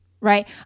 right